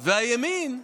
והימין,